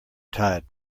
tide